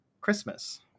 Christmas